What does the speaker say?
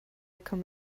come